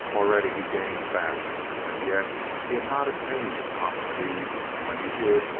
already he gained fast, and yet he had not attained top speed when he did,